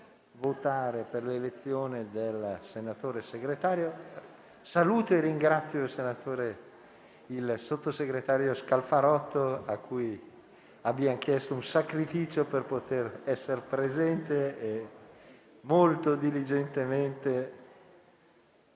grazie a tutti